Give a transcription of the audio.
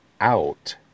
out